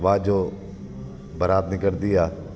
वाजो बरात निकिरंदी आहे